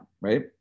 right